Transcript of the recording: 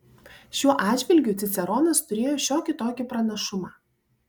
šiuo atžvilgiu ciceronas turėjo šiokį tokį pranašumą